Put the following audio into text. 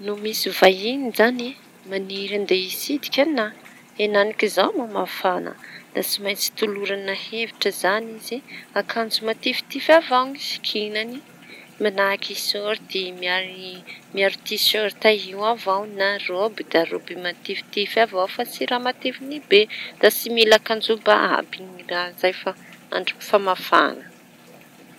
No misy vahiñy izañy maniry handeha hitsidiky ana; enanik'izao moa mafana da tsy maintsy tolorana hevitra izañy izy: akanjo matifitify avao no sikinany manahaky sôrty miari- miaro tiserty io avao na rôby da rôby matifitify avao fa tsy raha mateviñy be. Da tsy mila akanjo ba àby ny raha zay fa andro efa mafana.